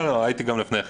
לא, הייתי גם לפני כן,